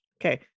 Okay